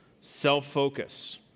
Self-focus